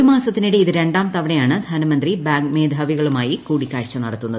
ഒരു മാസത്തിനിടെ ഇത് രണ്ടാം തവണയാണ് ധനമന്ത്രി ബാങ്ക് മേധാവികളുമായി കൂടിക്കാഴ്ച നടത്തുന്നത്